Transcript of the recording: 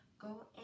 Go